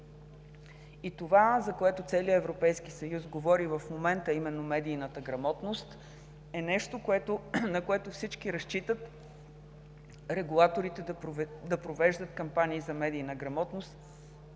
Това, за което целият Европейски съюз говори в момента, а именно медийната грамотност – нещо, на което всички разчитат, е регулаторите да провеждат кампании за медийна грамотност.